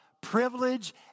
privilege